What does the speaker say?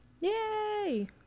Yay